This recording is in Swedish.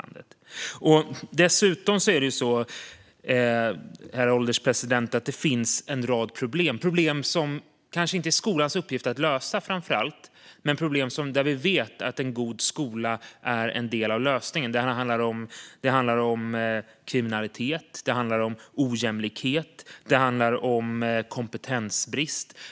Herr ålderspresident! Det finns en rad problem som kanske inte är skolans uppgift att lösa men där vi vet att en god skola är en del av lösningen. Det handlar om kriminalitet, ojämlikhet och kompetensbrist.